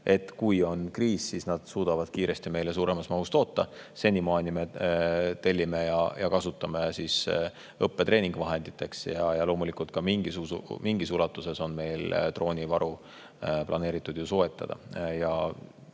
et kui on kriis, siis nad suudavad kiiresti meile suuremas mahus toota. Senimaani me tellime ja kasutame neid õppe-treeninguvahenditeks. Aga loomulikult mingis ulatuses on meil droonivaru planeeritud soetada.